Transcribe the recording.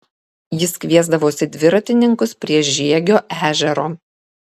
jis kviesdavosi dviratininkus prie žiegio ežero